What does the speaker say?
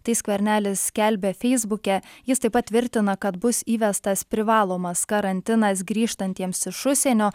tai skvernelis skelbia feisbuke jis taip pat tvirtina kad bus įvestas privalomas karantinas grįžtantiems iš užsienio